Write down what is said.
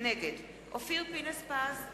נגד אופיר פינס-פז,